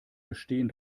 bestehen